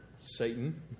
Satan